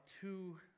two